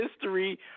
history